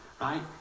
right